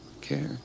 care